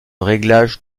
réglage